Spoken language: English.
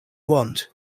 want